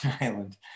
Island